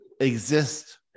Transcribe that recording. exist